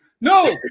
No